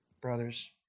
brothers